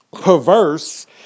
perverse